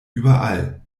überall